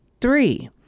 three